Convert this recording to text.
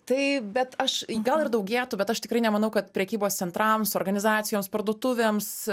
tai bet aš gal ir daugėtų bet aš tikrai nemanau kad prekybos centrams organizacijoms parduotuvėms